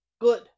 Good